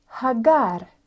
hagar